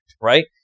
right